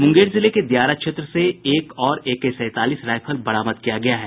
मुंगेर जिले के दियारा क्षेत्र से एक और एकेसैंतालीस राइफल बरामद किया गया है